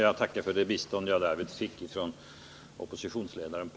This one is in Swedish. Jag tackar för det bistånd som jag därvid fick från oppositionsledaren.